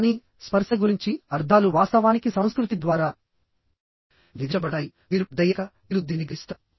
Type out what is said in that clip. కానీ స్పర్శ గురించి అర్థాలు వాస్తవానికి సంస్కృతి ద్వారా విధించబడతాయి మీరు పెద్దయ్యాక మీరు దీనిని గ్రహిస్తారు